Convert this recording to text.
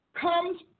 Comes